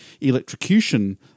electrocution